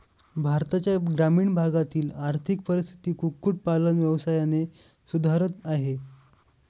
भारताच्या ग्रामीण भागातील आर्थिक परिस्थिती कुक्कुट पालन व्यवसायाने सुधारत आहे